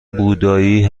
بودایی